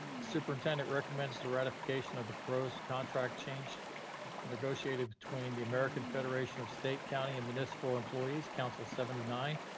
superintendent recommends the ratification of the prose contract change negotiated between the american federation of state county and municipal employees, council seventy nine,